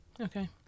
Okay